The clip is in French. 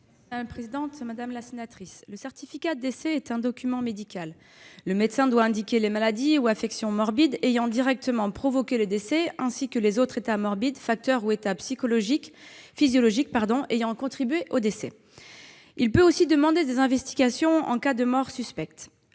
Mme la secrétaire d'État. Madame la sénatrice, le certificat de décès est un document médical. Le médecin doit indiquer les maladies ou affections morbides ayant directement provoqué le décès ainsi que les autres états morbides, facteurs ou états physiologiques ayant contribué au décès. Il peut aussi demander des investigations en cas de mort suspecte.